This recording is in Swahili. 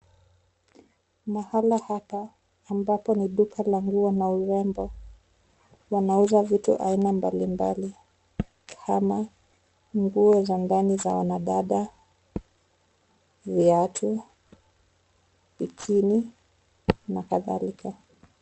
Mahala hapa ambapo ni duka la nguo na urembo wanauza vitu aina mbalimbali kama nguo za ndani za wanadada, viatu, bikini na kadhalika.